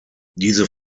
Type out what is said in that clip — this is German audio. diese